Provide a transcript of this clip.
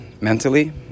mentally